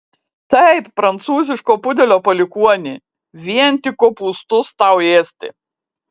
taip prancūziško pudelio palikuoni vien tik kopūstus tau ėsti